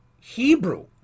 Hebrew